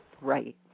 Right